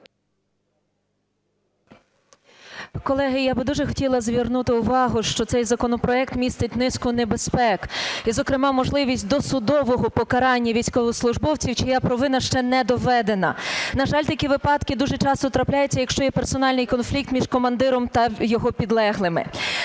Колеги, я би дуже хотіла звернути увагу, що цей законопроект містить низку небезпек і, зокрема, можливість досудового покарання військовослужбовців, чия провина ще не доведена. На жаль, такі випадки дуже часто трапляються, якщо є персональний конфлікт між командиром та його підлеглими.